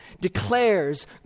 declares